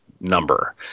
number